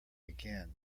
again